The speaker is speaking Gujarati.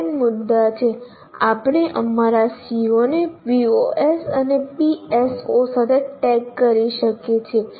બે મુદ્દા છે આપણે અમારા CO ને POs અને PSO સાથે ટેગ કરીએ છીએ